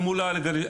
אל מול הלגליזציה,